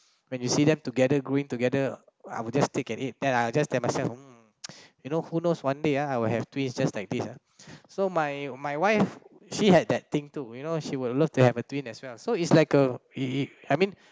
when you see them together growing together I will just take and eat then I'll just tell myself mm you know who knows one day ah I will have twins just like this uh so my my wife she had that thing too you know she would love to have a twin as well so it's like uh it it I mean